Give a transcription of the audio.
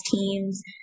teams